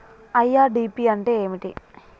IRDP అంటే ఏమిటి?